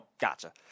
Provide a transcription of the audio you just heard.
Gotcha